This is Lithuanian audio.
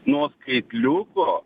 nuo skaitliuko